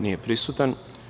Nije prisutan.